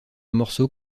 morceaux